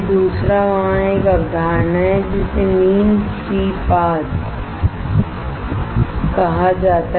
दूसरा वहाँ एक अवधारणा है जिसे मीन फ्री पाथ कहा जाता है